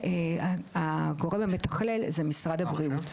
והגורם המתכלל זה משרד הבריאות.